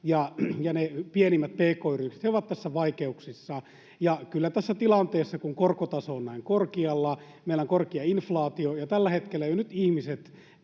ja ne pienimmät pk-yritykset ovat tässä vaikeuksissa. Ja kyllä tässä tilanteessa, kun korkotaso on näin korkealla, meillä on korkea inflaatio ja tällä hetkellä jo ihmiset